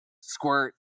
squirt